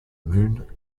moon